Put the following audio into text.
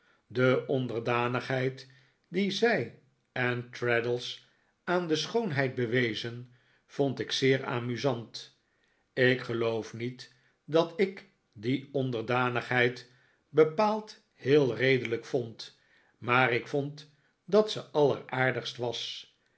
de onderdanigheid die zij en traddles aan de schoonheid bewezen vond ik zeer amusant ik geloof niet dat ik die onderdanigheid bepaald heel redelijk vond maar ik vond dat ze alleraardigst was